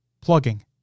plugging